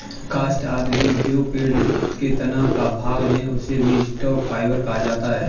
काष्ठ आदि भी जो पेड़ के तना का भाग है, उसे भी स्टॉक फाइवर कहा जाता है